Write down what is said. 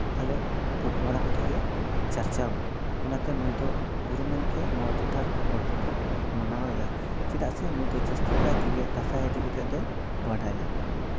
ᱟᱞᱮ ᱯᱚᱝ ᱯᱚᱝᱲᱟ ᱠᱚᱴᱷᱮᱡ ᱞᱮ ᱚᱱᱟᱛᱮ ᱱᱩᱭ ᱫᱚ ᱜᱩᱨᱩ ᱢᱮᱱᱛᱮ ᱱᱚᱣᱟ ᱴᱷᱚᱴᱷᱟ ᱨᱮᱱ ᱦᱚᱲ ᱫᱚᱠᱚ ᱢᱟᱱᱟᱣ ᱮᱭᱟ ᱪᱮᱫᱟᱜ ᱥᱮ ᱱᱩᱭ ᱫᱚ ᱡᱟᱹᱥᱛᱤ ᱠᱟᱭ ᱛᱮᱜᱮ ᱫᱟᱸᱥᱟᱭ ᱤᱫᱤ ᱠᱟᱛᱮᱜ ᱫᱚᱭ ᱵᱟᱰᱟᱭᱟ